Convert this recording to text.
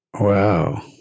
Wow